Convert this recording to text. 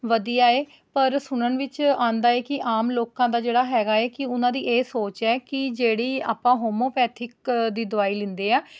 ਵਧੀਆ ਹੈ ਪਰ ਸੁਣਨ ਵਿੱਚ ਆਉਂਦਾ ਹੈ ਕਿ ਆਮ ਲੋਕਾਂ ਦਾ ਜਿਹੜਾ ਹੈਗਾ ਹੈ ਕਿ ਉਹਨਾਂ ਦੀ ਇਹ ਸੋਚ ਹੈ ਕਿ ਜਿਹੜੀ ਆਪਾਂ ਹੋਮਿਓਪੈਥੀਕ ਦੀ ਦਵਾਈ ਲੈਂਦੇ ਹਾਂ